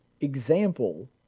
example